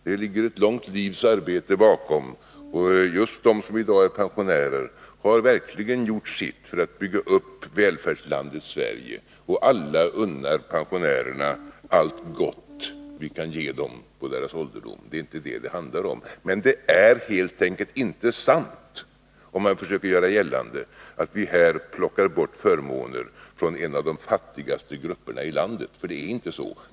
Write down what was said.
Det ligger ett långt livs arbete bakom, och just de som i dag är pensionärer har verkligen gjort sitt för att bygga upp välfärdslandet Sverige. Och alla unnar pensionärerna allt gott vi kan ge dem på deras ålderdom. Det handlar inte om det. Men det är helt enkelt inte sant, som man försöker göra gällande, att vi plockar bort förmåner från en av de fattigaste grupperna i landet.